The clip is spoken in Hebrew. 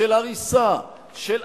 של הריסה,